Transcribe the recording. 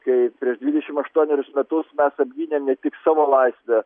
kai prieš dvidešim aštuonerius metus mes apgynėm ne tik savo laisvę